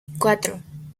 cuatro